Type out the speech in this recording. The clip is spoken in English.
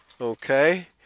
Okay